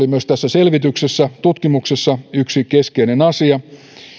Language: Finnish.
oli myös tässä selvityksessä tutkimuksessa yksi keskeinen asia